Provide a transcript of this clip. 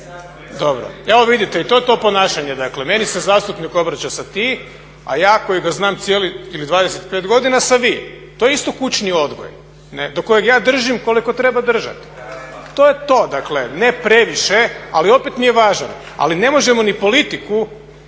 Dobro, evo vidite i to je to ponašanje. Dakle meni se zastupnik obraća sa ti a ja koji ga znam cijeli ili 25 godina sa vi, to je isto kućni odgoj do kojeg ja držim koliko treba držati. To je to, dakle ne previše ali opet mi je važan. Ali ne možemo ni politiku